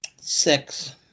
Six